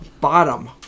bottom